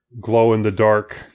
glow-in-the-dark